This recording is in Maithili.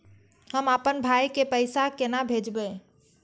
हम आपन भाई के पैसा केना भेजबे?